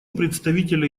представителя